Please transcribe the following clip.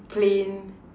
plain